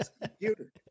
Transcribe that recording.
computer